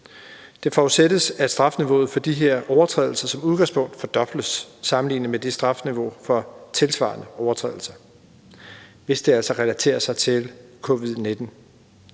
Det forudsættes, at strafniveauet for de her overtrædelser som udgangspunkt fordobles sammenlignet med strafniveauet for tilsvarende overtrædelser, hvis det altså relaterer sig til covid-19.